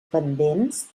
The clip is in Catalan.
pendents